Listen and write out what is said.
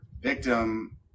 victim